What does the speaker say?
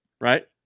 Right